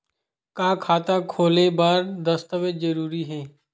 का खाता खोले बर दस्तावेज जरूरी हे?